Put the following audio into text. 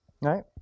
right